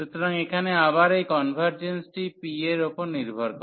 সুতরাং এখানে আবার এই কনভারর্জেন্সটি p এর উপর নির্ভর করে